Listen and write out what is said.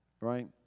Right